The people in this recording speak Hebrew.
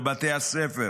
בבתי הספר,